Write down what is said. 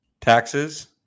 taxes